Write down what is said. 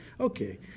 Okay